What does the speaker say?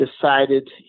decided